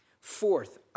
Fourth